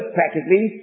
practically